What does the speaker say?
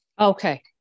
Okay